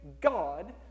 God